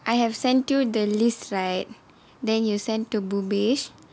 I have sent you the list right then you send to bhubesh